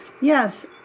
Yes